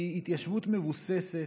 היא התיישבות מבוססת.